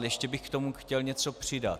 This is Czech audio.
Ještě bych k tomu chtěl něco přidat.